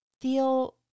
feel